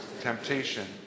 temptation